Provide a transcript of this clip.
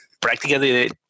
practically